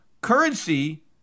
currency